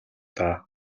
даа